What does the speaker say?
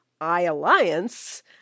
I-alliance